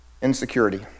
insecurity